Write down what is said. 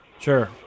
Sure